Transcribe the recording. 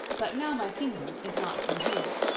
but now my kingdom is not from here.